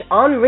on